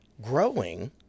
growing